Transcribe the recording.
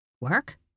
Work